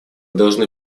должны